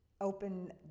open